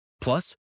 Plus